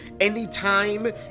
Anytime